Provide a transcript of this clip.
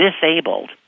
disabled